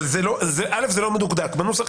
זה לא מדוקדק בנוסח.